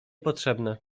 potrzebne